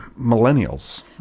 millennials